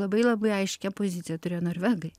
labai labai aiškią poziciją turėjo norvegai